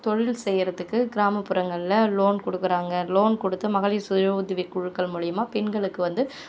தொழில் செய்கிறத்துக்கு கிராமப்புறங்களில் லோன் கொடுக்குறாங்க லோன் கொடுத்து மகளிர் சுய உதவிக் குழுக்கள் மூலிமா பெண்களுக்கு வந்து